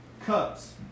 cups